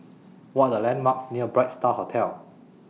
What Are The landmarks near Bright STAR Hotel